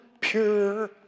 pure